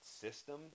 system